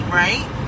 right